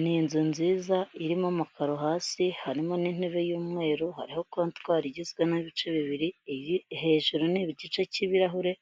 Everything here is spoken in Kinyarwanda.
Ni inzu nziza irimo amakaro hasi harimo n'intebe y'umweru, hariho kontwari igizwe n'ibice bibiri, hejuru ni igice cy'ibirahure